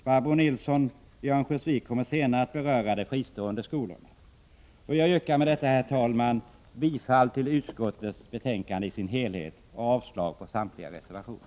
Barbro Nilsson i Örnsköldsvik kommer senare att beröra de fristående skolorna. Jag vill med detta, herr talman, yrka bifall till utskottets hemställan i dess helhet och avslag på samtliga reservationer.